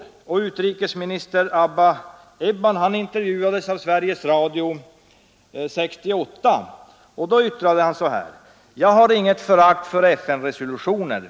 Israels utrikesminister Abba Eban intervjuades i Sveriges Radio 1968. Då yttrade han: ”Jag har inget förakt för FN-resolutioner.